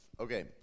Okay